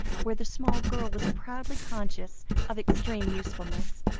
where the small girl was proudly conscious of extreme usefulness,